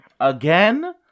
Again